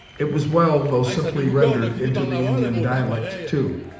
it was well, though simply rendered into the indian dialect too,